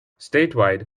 statewide